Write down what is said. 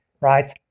right